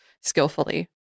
skillfully